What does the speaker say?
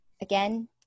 again